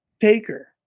taker